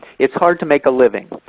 it's hard to make a living.